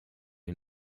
den